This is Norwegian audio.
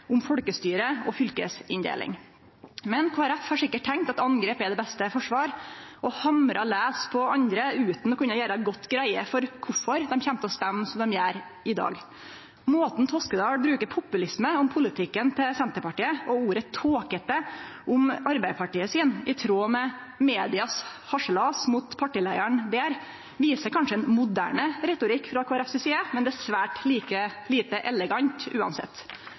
om folkestyre og fylkesinndeling. Men Kristeleg Folkeparti har sikkert tenkt at angrep er det beste forsvar og hamrar laus på andre utan å kunne gjere god greie for kvifor dei kjem til å stemme som dei gjer i dag. Måten representantenToskedal bruker ordet «populisme» om politikken til Senterpartiet på og ordet «tåkete» om Arbeidarpartiets, i tråd med medias harselas mot partileiaren der, viser kanskje ein moderne retorikk frå Kristeleg Folkeparti si side, men det er likevel svært lite elegant, uansett.